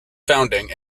founding